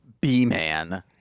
B-Man